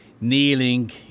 kneeling